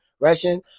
Russian